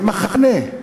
זה מחנה.